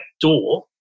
door